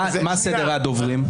מה סדר הדוברים?